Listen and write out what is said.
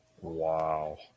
Wow